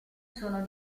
sono